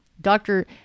Doctor